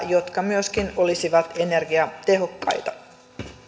jotka myöskin olisivat energiatehokkaita